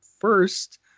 first